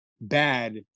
bad